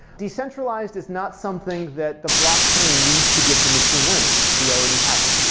decentralized is not something that the blockchain needs to give to machine learning. we already have it.